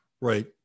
right